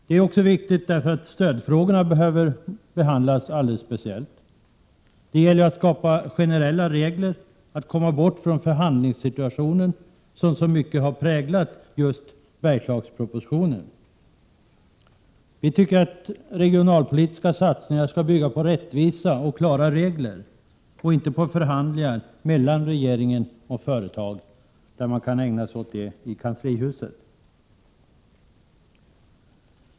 Det är också viktigt därför att stödfrågorna behöver behandlas alldeles speciellt. Det gäller att skapa generella regler och komma bort från den förhandlingssituation som så mycket har präglat just Bergslagspropositionen. Vi tycker att regionalpolitiska satsningar skall bygga på rättvisa och klara regler och inte på förhandlingar mellan regeringen och företagen, vilket man tycks ägna sig åt i kanslihuset.